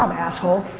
um asshole.